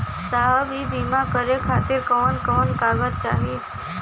साहब इ बीमा करें खातिर कवन कवन कागज चाही?